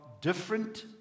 different